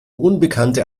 unbekannte